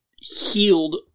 healed